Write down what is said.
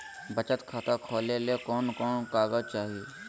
बचत खाता खोले ले कोन कोन कागज चाही?